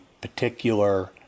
particular